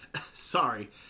Sorry